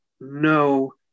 no